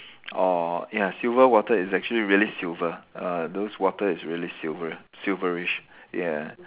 or ya silver water is actually really silver uh those water is really silver silver-ish yeah